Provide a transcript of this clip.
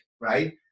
right